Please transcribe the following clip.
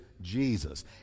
Jesus